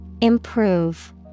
Improve